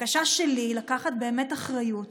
הבקשה שלי היא לקחת באמת אחריות